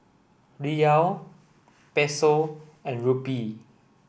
Riyal Peso and Rupee